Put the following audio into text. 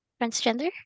Transgender